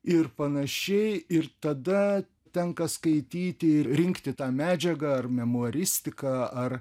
ir panašiai ir tada tenka skaityti ir rinkti tą medžiagą ar memuaristiką ar